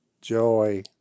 joy